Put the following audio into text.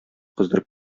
кыздырып